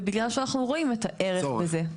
ובגלל שאנחנו רואים את הערך בזה.